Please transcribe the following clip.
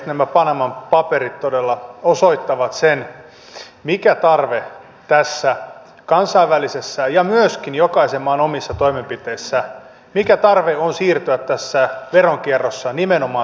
nämä panaman paperit todella osoittavat sen mikä tarve tässä kansainvälisessä ja myöskin jokaisen maan omissa toimenpiteissä on siirtyä tässä veronkierrossa nimenomaan sanoista tekoihin